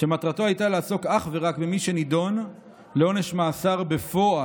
שמטרתו הייתה לעסוק אך ורק במי שנידון לעונש מאסר בפועל,